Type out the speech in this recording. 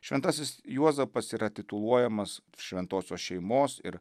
šventasis juozapas yra tituluojamas šventosios šeimos ir